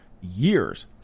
years